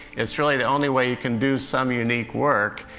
it's really the only way you can do some unique work,